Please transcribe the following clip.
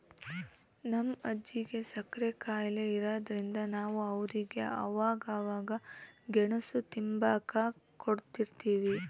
ನಮ್ ಅಜ್ಜಿಗೆ ಸಕ್ರೆ ಖಾಯಿಲೆ ಇರಾದ್ರಿಂದ ನಾವು ಅವ್ರಿಗೆ ಅವಾಗವಾಗ ಗೆಣುಸು ತಿಂಬಾಕ ಕೊಡುತಿರ್ತೀವಿ